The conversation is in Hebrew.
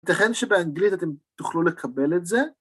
ייתכן שבאנגלית אתם תוכלו לקבל את זה.